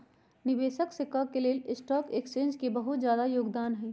निवेशक स के लेल स्टॉक एक्सचेन्ज के बहुत जादा योगदान हई